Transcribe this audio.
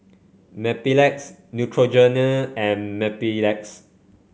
Mepilex Neutrogena and Mepilex